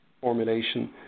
formulation